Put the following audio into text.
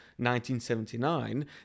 1979